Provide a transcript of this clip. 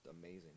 amazing